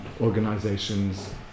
organizations